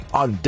on